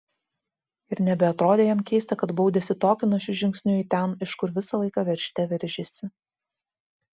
ir nebeatrodė jam keista kad baudėsi tokiu našiu žingsniu į ten iš kur visą laiką veržte veržėsi